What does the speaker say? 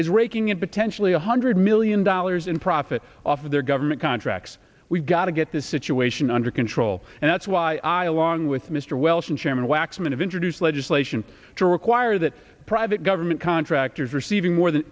is raking in potentially one hundred million dollars in profit off of their government contracts we've got to get this situation under control and that's why i along with mr welch and chairman waxman of introduced legislation to require that private government contractors receiving more than